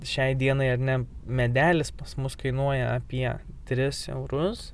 šiai dienai ar ne medelis pas mus kainuoja apie trys eurus